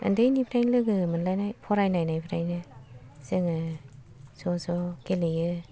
उन्दैनिफ्राय लोगो मोनलायनाय फराय नायनायनिफ्रायनो जोङो ज' ज' गेलेयो